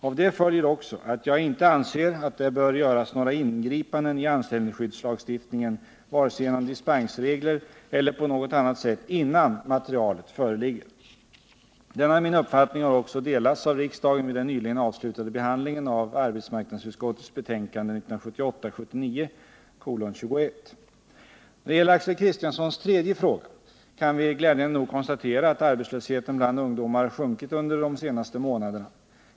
Av det följer också att jag anser att det inte bör göras några ingripanden i anställningsskyddslagstiftningen, vare sig genom dispensregler eller på något annat sätt, innan materialet föreligger. Denna min uppfattning har också delats av riksdagen vid den nyligen avslutade behandlingen av arbetsmarknadsutskottets betänkande 1978/79:21. När det gäller Axel Kristianssons tredje fråga kan vi glädjande nog konstatera att arbetslösheten bland ungdomar sjunkit under de senaste månaderna.